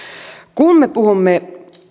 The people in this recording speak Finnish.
kun me puhumme